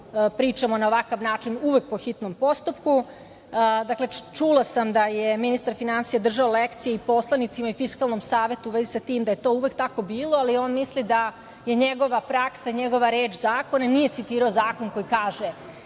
pričamo na ovakav način, uvek po hitnom postupku. Čula sam da je ministar finansija držao lekcije i poslanicima i Fiskalnom savetu u vezi sa tim da je to uvek tako bilo, ali on misli da je njegova praksa i njegova reč zakon, nije citirao zakon koji kaže